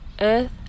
earth